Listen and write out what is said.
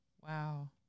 Wow